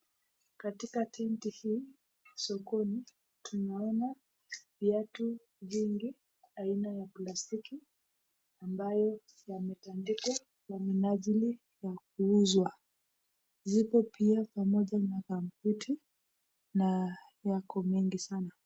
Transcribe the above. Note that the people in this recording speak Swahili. Katika tenti hii sokoni tunaona viatu vingi aina ya plastiki ambayo yametandikwa kwa minajili ya kuuzwa zipo pia pamoja na gambuti na yako mingi sana.